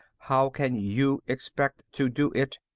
how can you expect to do it?